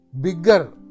bigger